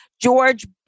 George